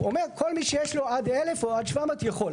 הוא אומר כל מי שיש לו עד 1,000 או עד 700 יכול.